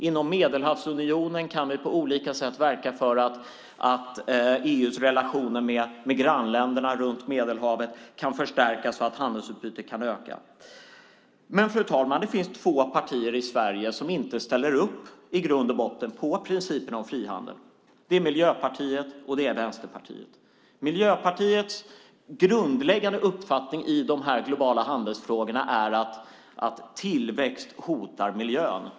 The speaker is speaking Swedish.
Inom Medelhavsunionen kan vi på olika sätt verka för att EU:s relationer med grannländerna runt Medelhavet förstärks så att handelsutbytet kan öka. Fru talman! Det finns två partier i Sverige som inte ställer upp på principen om frihandel. Det är Miljöpartiet och Vänsterpartiet. Miljöpartiets grundläggande uppfattning i de globala handelsfrågorna är att tillväxt hotar miljön.